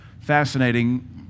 fascinating